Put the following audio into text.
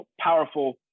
powerful